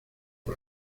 con